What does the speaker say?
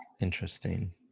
interesting